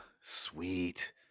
Sweet